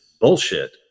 bullshit